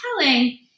telling